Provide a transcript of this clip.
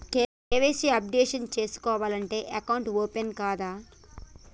KYC updation చేయకుంటే account open కాదా?